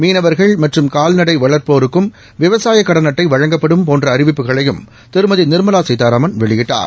மீனவர்கள் மற்றும் கால்நடைவளர்ப்போருக்கும் விவசாயகடன் அட்டைவழங்கப்படும் போன்றஅறிவிப்புகளையும் திருமதிநிர்மலாசீதாராமன் வெளியிட்டார்